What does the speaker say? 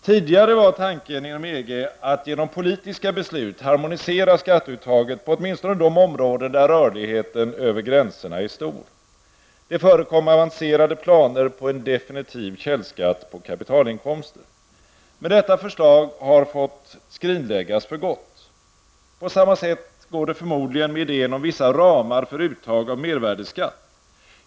Tidigare var tanken inom EG att man genom politiska beslut skulle harmonisera skatteuttaget på åtminstone de områden där rörligheten över gränserna är stor. Det förekom avancerade planer på en definitiv källskatt på kapitalinkomster. Men detta förslag har fått skrinläggas för gott. På samma sätt går det förmodligen med idén om vissa ramar för uttag av mervärdeskatt.